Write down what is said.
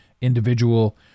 individual